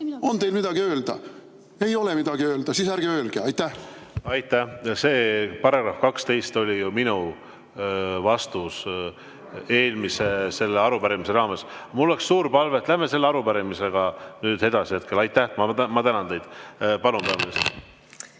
On teil midagi öelda? Ei ole midagi öelda? Siis ärge öelge! Aitäh! See § 12 oli ju minu vastus eelmise arupärimise raames. Mul oleks suur palve, et läheme selle arupärimisega nüüd edasi. Aitäh! Ma tänan teid. Palun, peaminister!